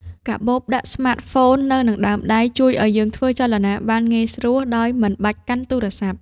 កាបូបដាក់ស្មាតហ្វូននៅនឹងដើមដៃ ជួយឱ្យយើងធ្វើចលនាបានងាយស្រួលដោយមិនបាច់កាន់ទូរសព្ទ។